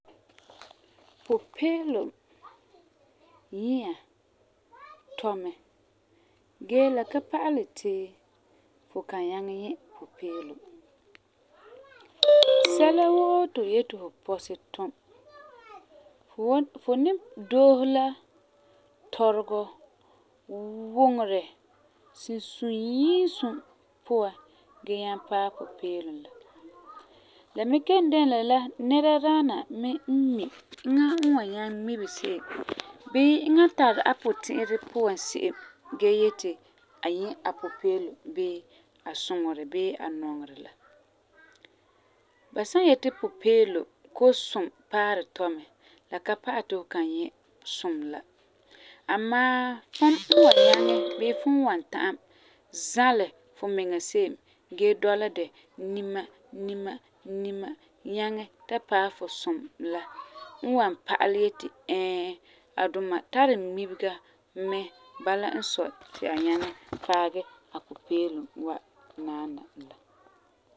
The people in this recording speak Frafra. Pupeelum nyia tɔ mɛ, gee la ka pa'alɛ ti fu kan nyaŋɛ nyɛ pupeelum. sɛla woo ti fu yeti fu pɔsɛ tum, fu wan fu ni doose la tɔregɔ, wuŋerɛ sinsunyiisum puan gee nyaŋɛ paɛ pupeelum la. La me kelum dɛna la nɛra la daana n mi eŋa n wan nyaŋɛ ŋmibe se'em bii eŋa n tari a puti'irɛ puan se'em gee yeti a nyɛ a pupeelum bii a suŋerɛ bii a nɔŋerɛ la. Ba san yeti pupeelum koo sum paarɛ tɔi mɛ, la ka pa'alɛ ti fu kan nyɛ sum la. Amaa fum n wan nyaŋɛ bii fum n wan ta'am zalɛ fumiŋa se'em gee dɔla dɛ nima nima nyaŋɛ ta paɛ fu sum la n wan pa'alɛ yeti ɛɛ, a duma tari ŋmibega mɛ bala n sɔi ti a nyaŋɛ paagɛ a pupeelum wa naana la.